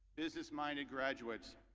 business-minded graduates,